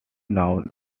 known